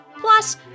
Plus